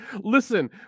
Listen